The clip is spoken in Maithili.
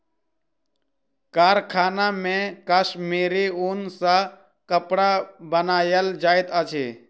कारखाना मे कश्मीरी ऊन सॅ कपड़ा बनायल जाइत अछि